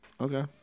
Okay